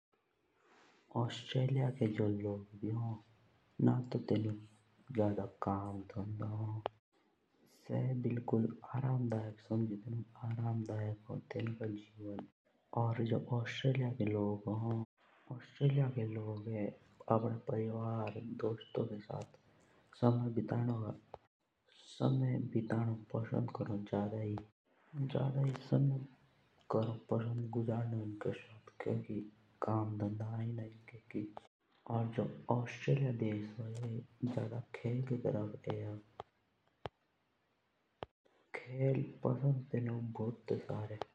ऑस्ट्रेलिया के जो लोग भ होन तो तेलुक ना तो ज्यादा काम धंधा होन से बिल्कुल आराम धैक होन। जस भारत के लोग भी होन से तो आपणे काम से काम राखोन। और जस ऑस्ट्रेलिया के लोग होन से तो आपणी फैमिली और दोस्तोन के समय बितानो पसंद करोन। कुकी काम धंधा इनके ना होन। और जु ऑस्ट्रेलिया देश भी होन सो खेल के पार्टी ज्यादा ध्यान देओन। और खास कर क्रिकेट और फुटबॉल।